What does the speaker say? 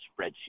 spreadsheet